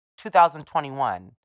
2021